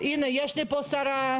יש מה לשפר,